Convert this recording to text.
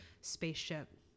spaceship